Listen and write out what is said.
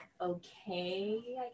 okay